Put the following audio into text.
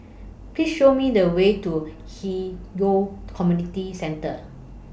Please Show Me The Way to Hwi Yoh Community Centre